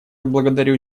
благодарю